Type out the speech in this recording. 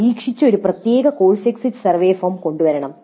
പരീക്ഷിച്ച് ഒരു പ്രത്യേക കോഴ്സ് എക്സിറ്റ് സർവേ ഫോം കൊണ്ടുവരണം